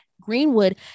Greenwood